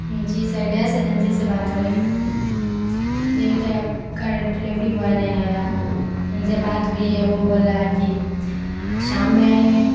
جی sir gas agency سے بات ہو رہی ہے جی ابھی تک آپ کا ڈیلیوری بوائے نہیں آیا ان سے بات ہوئی ہے وہ بول رہا ہے کہ شام میں آئیں گے